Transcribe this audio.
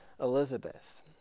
Elizabeth